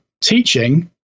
teaching